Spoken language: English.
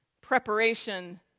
Preparation